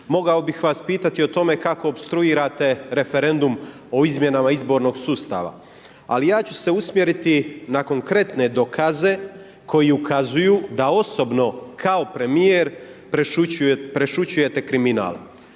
mogao bih vas pitati o tome kako opstruirate referendum o izmjenama izbornog sustava. Ali ja ću se usmjeriti na konkretne dokaze koji ukazuju da osobno kao premijer prešućujete kriminal.